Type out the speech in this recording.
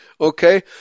Okay